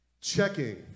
Checking